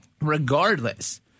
regardless